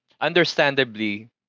understandably